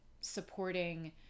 supporting